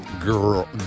Girl